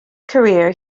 career